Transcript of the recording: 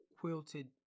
quilted